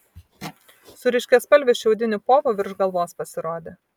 su ryškiaspalviu šiaudiniu povu virš galvos pasirodė